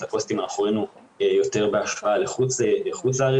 את הפוסטים אנחנו ראינו יותר בהשוואה לחוץ לארץ.